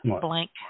blank